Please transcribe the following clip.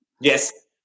Yes